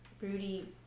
Rudy